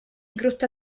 grotta